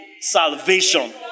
salvation